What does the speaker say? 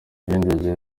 ibindi